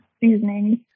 seasonings